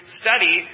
study